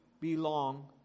belong